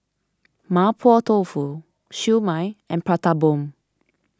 Mapo Tofu Siew Mai and Prata Bomb